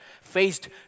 faced